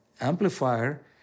amplifier